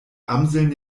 amseln